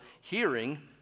hearing